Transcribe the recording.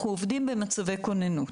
אנחנו עובדים במצבי כוננות.